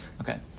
Okay